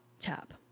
tap